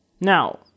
Now